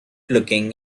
looking